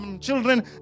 children